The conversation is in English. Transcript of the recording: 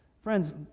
Friends